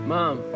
Mom